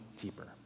deeper